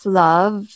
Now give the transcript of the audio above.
love